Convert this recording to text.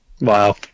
Wow